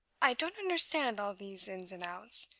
i don't understand all these ins and outs.